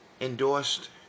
endorsed